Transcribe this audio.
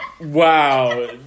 Wow